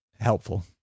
helpful